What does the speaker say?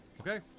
Okay